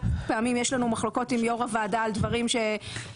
פעמים יש לנו מחלוקות עם יו"ר הוועדה על דברים שרוצים